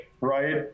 Right